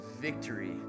victory